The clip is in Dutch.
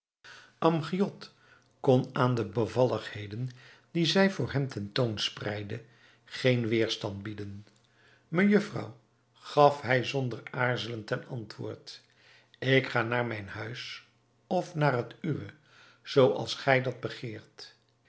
amgiad kon aan de bevalligheden die zij voor hem ten toon spreidde geen weerstand bieden mejufvrouw gaf hij zonder aarzelen ten antwoord ik ga naar mijn huis of naar het uwe zooals gij dat begeert